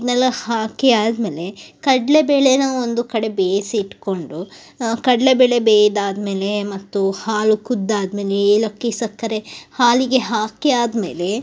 ಇದನ್ನೆಲ್ಲ ಹಾಕಿ ಆದಮೇಲೆ ಕಡ್ಲೆಬೇಳೆನ ಒಂದು ಕಡೆ ಬೇಯಿಸಿ ಇಟ್ಕೊಂಡು ಕಡ್ಲೆಬೇಳೆ ಬೇಂದಾದ್ಮೇಲೆ ಮತ್ತು ಹಾಲು ಕುದ್ದಾದಮೇಲೆ ಏಲಕ್ಕಿ ಸಕ್ಕರೆ ಹಾಲಿಗೆ ಹಾಕಿ ಆದಮೇಲೆ